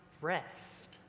rest